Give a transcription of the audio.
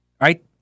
right